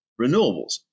renewables